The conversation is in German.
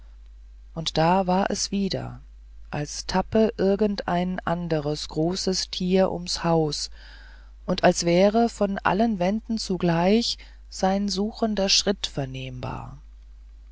und da war es wieder als tappe irgend ein anderes großes tier ums haus und als wäre von allen wänden zugleich sein suchender schritt vernehmbar